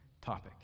topic